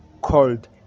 called